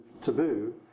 taboo